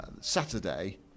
Saturday